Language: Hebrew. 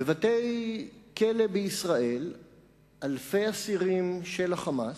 בבתי-כלא בישראל אלפי אסירים של ה"חמאס",